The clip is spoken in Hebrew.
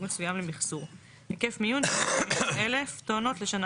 מסוים למיחזור; היקף מיון של 150,000 טונות לשנה,